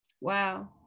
Wow